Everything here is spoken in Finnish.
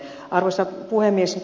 arvoisa puhemies